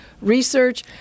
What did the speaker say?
Research